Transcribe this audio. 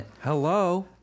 Hello